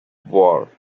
war